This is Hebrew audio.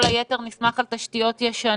כל היתר נסמך על תשתיות ישנות.